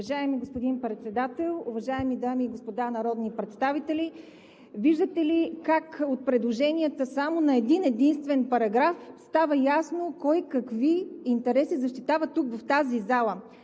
Уважаеми господин Председател, уважаеми дами и господа народни представители! Виждате ли как от предложенията само на един-единствен параграф става ясно кой какви интереси защитава тук, в тази зала?